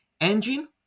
engine